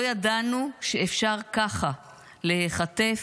לא ידענו שאפשר ככה להיחטף,